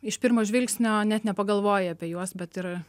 iš pirmo žvilgsnio net nepagalvoji apie juos bet ir